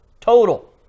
Total